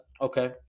okay